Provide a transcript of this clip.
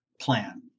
plan